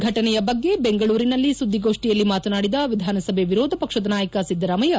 ಫಟನೆಯ ಬಗ್ಗೆ ಬೆಂಗಳೂರಿನಲ್ಲಿ ಸುದ್ದಿಗೋಷ್ಠಿಯಲ್ಲಿ ಮಾತನಾಡಿದ ವಿಧಾನಸಭೆ ವಿರೋಧ ಪಕ್ಷದ ನಾಯಕ ಸಿದ್ದರಾಮಯ್ಲ